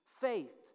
faith